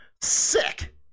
Sick